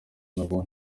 nabo